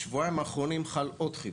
בשבועיים האחרונים חל עוד חידוש,